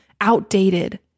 outdated